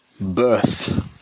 Birth